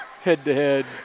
head-to-head